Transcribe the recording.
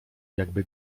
jakby